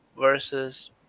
versus